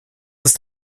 ist